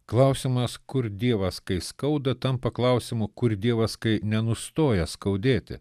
klausimas kur dievas kai skauda tampa klausimu kur dievas kai nenustoja skaudėti